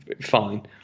Fine